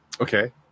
Okay